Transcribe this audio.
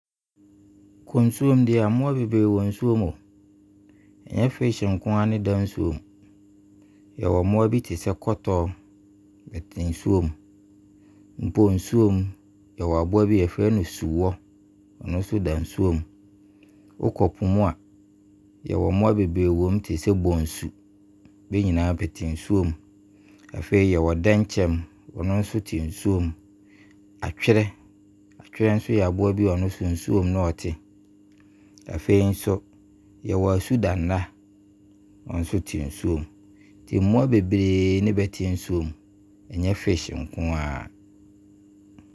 Wɔ nsuo mu deɛ mmoa bebree wɔ nsuo mu. Nyɛ fish nkoaa ne da nsuo mu. Yɛwɔ mmoa bi te sɛ Kɔtɔɔ, ɔda nsuo mu. Mpo nsuo mu, yɛ wɔ aboa bi yɛfrɛ no su wɔ, ɔno nso da nsuo mu. Wo kɔ po mu a, yɛwɔ mmoa bebree wɔ mu te sɛ Bonsu, ɔda nsuo mu. Afei, yɛwɔ mmoa bi te sɛ Dekyɛm ɔno nso te nsuo mu. Atwerɛ nso yɛ aboa bi a, ɔno nso nsuo mu na ɔte. Afei nso, yɛwɔ Asudanna, ɔno nso te nsuo mu Nti mmoa bebree ne bɛte nsuo mu, nyɛ fish nkoaa